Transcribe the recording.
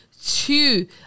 two